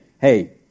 hey